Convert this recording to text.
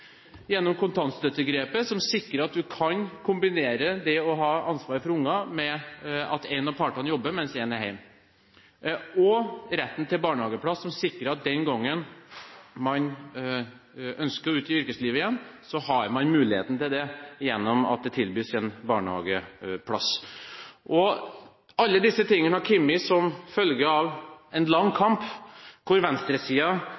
gjennom kontantstøttegrepet, som sikrer at man kan kombinere det å ha ansvar for barn med at en av partene jobber mens en er hjemme, og retten til barnehageplass, som sikrer at den gangen man ønsker å gå ut i yrkeslivet igjen, har man muligheten til det gjennom at det tilbys en barnehageplass. Alle disse tingene har kommet som følge av en lang